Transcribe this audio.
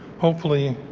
hopefully,